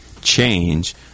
change